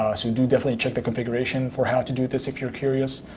ah so do definitely check the configuration for how to do this, if you're curious.